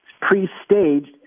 pre-staged